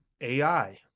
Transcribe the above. AI